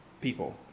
people